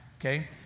okay